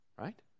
right